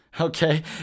Okay